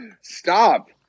Stop